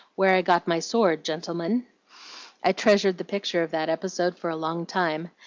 where i got my sword, gentlemen i treasured the picture of that episode for a long time.